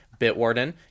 Bitwarden